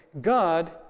God